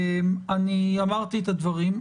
אמרתי את הדברים.